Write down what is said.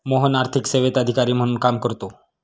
मोहन आर्थिक सेवेत अधिकारी म्हणून काम करतो